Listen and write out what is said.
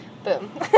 Boom